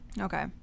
okay